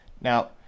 Now